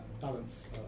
balance